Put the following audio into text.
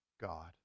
God